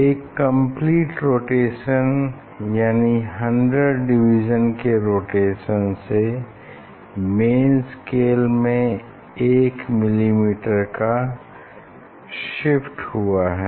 एक complete rotation यानि 100 divisions के रोटेशन से मेन स्केल में एक मिलीमीटर का शिफ्ट हुआ है